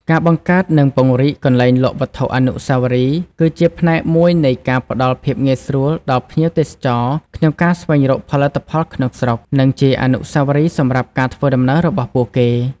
ការបង្កើត និងពង្រីក កន្លែងលក់វត្ថុអនុស្សាវរីយ៍ គឺជាផ្នែកមួយនៃការផ្តល់ភាពងាយស្រួលដល់ភ្ញៀវទេសចរក្នុងការស្វែងរកផលិតផលក្នុងស្រុក និងជាអនុស្សាវរីយ៍សម្រាប់ការធ្វើដំណើររបស់ពួកគេ។